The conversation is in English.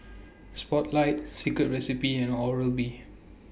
Spotlight Secret Recipe and Oral B